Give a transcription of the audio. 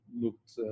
looked